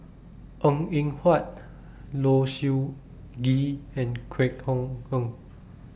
Png Eng Huat Low Siew Nghee and Kwek Hong Png